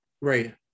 Right